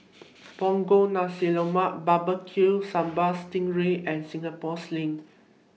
Punggol Nasi Lemak Barbecue Sambal Sting Ray and Singapore Sling